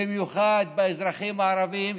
במיוחד האזרחים הערבים,